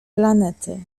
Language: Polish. planety